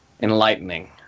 enlightening